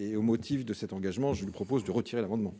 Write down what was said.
et au motif de cet engagement, je vous propose de retirer l'amendement.